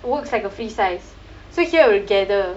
works like a free size so here will gather